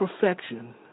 perfection